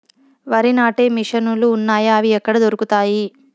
వరి నాటే మిషన్ ను లు వున్నాయా? అవి ఎక్కడ దొరుకుతాయి?